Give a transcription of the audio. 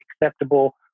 acceptable